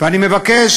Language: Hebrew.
ואני מבקש